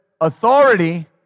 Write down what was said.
authority